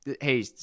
hey